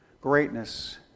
greatness